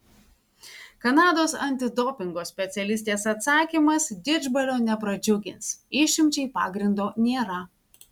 kanados antidopingo specialistės atsakymas didžbalio nepradžiugins išimčiai pagrindo nėra